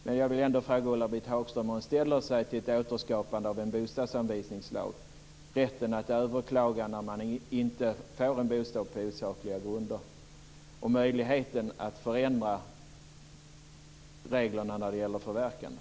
Men jag vill ändå fråga Ulla-Britt Hagström hur hon ställer sig till ett återskapande av en bostadsanvisningslag, till rätten att överklaga om man inte får en bostad på osakliga grunder och till möjligheten att förändra reglerna när det gäller förverkande.